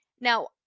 Now